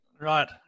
Right